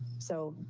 so,